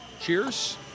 cheers